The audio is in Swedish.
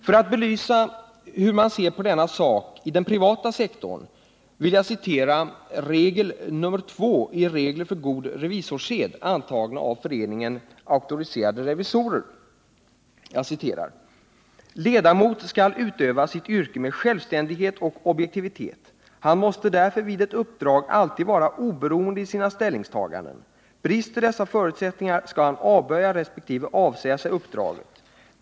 För att belysa hur man ser på denna sak inom den privata sektorn vill jag citera regel nr 2 i Regler för god revisorssed, antagna av Föreningen Auktoriserade revisorer: ”Ledamot skall utöva sitt yrke med självständighet och objektivitet. Han måste därför vid ett uppdrag alltid vara oberoende i sina ställningstaganden. Brister dessa förutsättningar, skall han avböja respektive avsäga sig uppdraget.